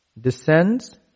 descends